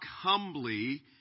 humbly